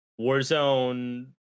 Warzone